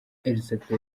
elisabeth